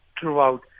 throughout